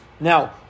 Now